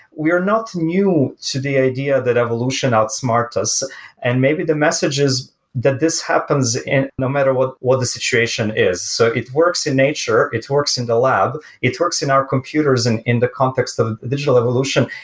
we're not new to the idea that evolution outsmart us and maybe the message is that this happens no matter what what the situation is. so it works in nature. it works in the lab. it works in our computers and in the context of digital evolution.